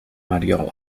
mariola